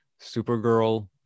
supergirl